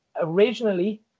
originally